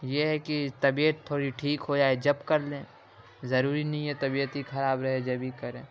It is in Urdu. یہ ہے کہ طبیعت تھوڑی ٹھیک ہو جائے جب کر لیں ضروری نہیں ہے طبیعت ہی خراب رہے جبھی کریں